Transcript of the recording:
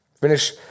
Finish